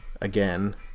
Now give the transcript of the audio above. again